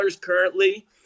currently